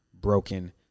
broken